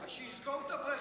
אז שיסגור את הבריכה,